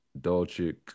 Dolchik